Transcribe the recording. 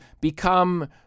become